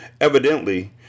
Evidently